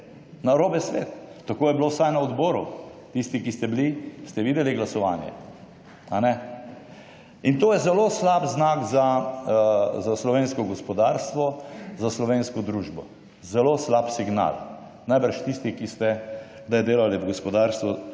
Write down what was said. Narobe svet. Tako je bilo vsaj na Odboru. Tisti, ki ste bili, ste videli glasovanje? A ne? In to je zelo slab znak za slovensko gospodarstvo, za slovensko družbo. Zelo slab signal. Najbrž tisti, ki ste kdaj delali v gospodarstvu,